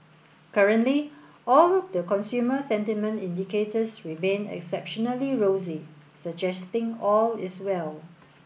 currently all the consumer sentiment indicators remain exceptionally rosy suggesting all is well